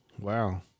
Wow